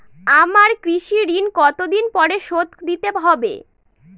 আমার কৃষিঋণ কতদিন পরে শোধ দিতে হবে?